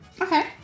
Okay